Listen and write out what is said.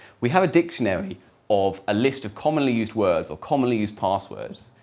we have a dictionary of a list of commonly used words or commonly used passwords,